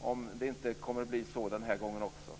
om det inte kommer att bli så den här gången också.